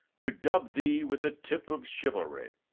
to dub thee with the tip of chivalry,